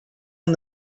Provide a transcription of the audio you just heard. and